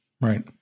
Right